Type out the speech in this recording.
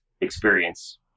experience